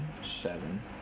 seven